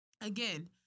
Again